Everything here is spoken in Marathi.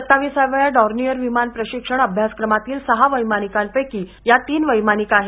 सत्ताविसाव्या डॅर्नियर विमान प्रशिक्षण अभ्यासक्रमातील सहा वैमानिकांपैकी या तीन वैमानिक आहेत